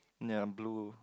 ya blue